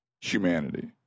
Humanity